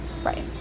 Right